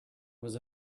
was